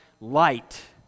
light